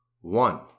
one